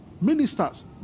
ministers